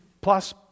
plus